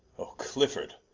oh clifford,